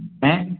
அண்ணே